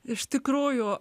iš tikrųjų